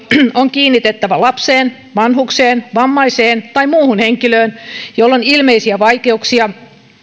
on kiinnitettävä lapseen vanhukseen vammaiseen tai muuhun henkilöön jolla on ilmeisiä vaikeuksia